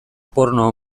porno